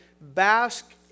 bask